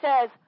says